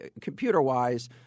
computer-wise